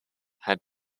had